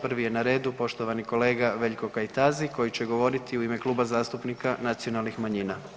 Prvi je na redu poštovani kolega Veljko Kajtazi koji će govoriti u ime Kluba zastupnika nacionalnih manjina.